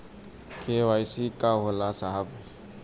KYC का होला साहब?